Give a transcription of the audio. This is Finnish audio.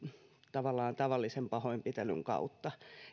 tavallaan tavallisen pahoinpitelyn kautta